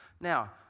Now